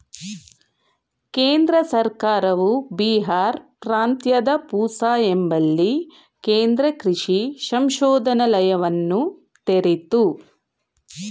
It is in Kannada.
ಕೇಂದ್ರ ಸರ್ಕಾರವು ಬಿಹಾರ್ ಪ್ರಾಂತ್ಯದ ಪೂಸಾ ಎಂಬಲ್ಲಿ ಕೇಂದ್ರ ಕೃಷಿ ಸಂಶೋಧನಾಲಯವನ್ನ ತೆರಿತು